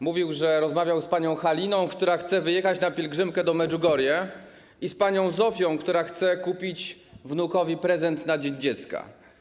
Mówił, że rozmawiał z panią Haliną, która chce wyjechać na pielgrzymkę do Medziugorie, i z panią Zofią, która chce kupić wnukowi prezent na Dzień Dziecka.